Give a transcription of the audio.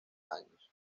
años